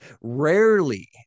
Rarely